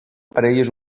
parelles